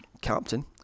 Captain